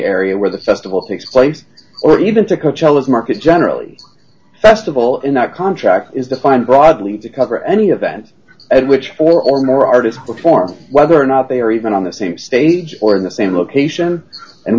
area where the festival takes place or even to coachella is market generally festival in that contract is defined broadly to cover any event at which four or more artists perform whether or not they are even on the same stage or in the same location and